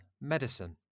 medicine